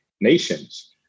nations